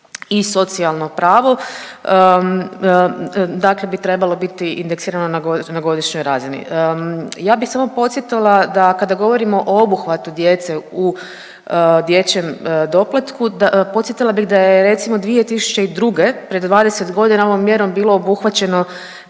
i socijalno pravo, dakle bi trebalo biti indeksirano na godišnjoj razini. Ja bi samo podsjetila da kada govorimo o obuhvatu djece u dječjem doplatku podsjetila bih da je recimo 2002., pred 20.g. ovom mjerom bilo obuhvaćeno